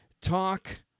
talk